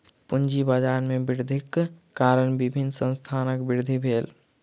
पूंजी बाजार में वृद्धिक कारण विभिन्न संस्थानक वृद्धि भेल